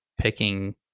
picking